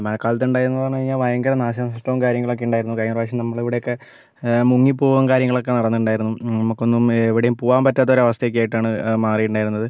മഴക്കാലത്തുണ്ടായതെന്ന് പറഞ്ഞ് കഴിഞ്ഞാൽ ഭയങ്കര നാശനഷ്ടവും കാര്യങ്ങളൊക്കെയുണ്ടായിരുന്നു കഴിഞ്ഞ പ്രാവശ്യം നമ്മുടെ ഇവിടെയൊക്കെ മുങ്ങിപോകും കാര്യങ്ങളൊക്കെ നടന്നിട്ടുണ്ടായിരുന്നു നമുക്കൊന്നും എവിടെയും പോകാൻ പറ്റാത്ത ഒരവസ്ഥയൊക്കെ ആയിട്ടാണ് മാറിയിട്ടുണ്ടായിരുന്നത്